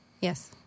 Yes